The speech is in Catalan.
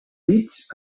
bits